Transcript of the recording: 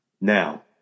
Now